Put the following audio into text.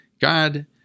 God